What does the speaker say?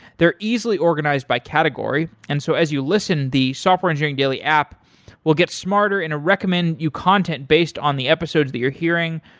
they're easily organized by category, and so as you listen the software engineering daily app will get smarter and i recommend you content based on the episodes that you're hearing,